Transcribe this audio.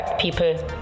People